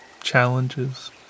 challenges